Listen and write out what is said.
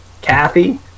Kathy